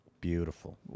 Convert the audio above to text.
Beautiful